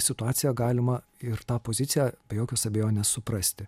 situaciją galima ir tą poziciją be jokios abejonės suprasti